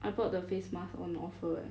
I bought the face mask on offer eh